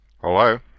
Hello